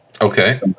Okay